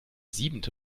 siebente